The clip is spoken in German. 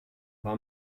war